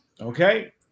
Okay